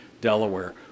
Delaware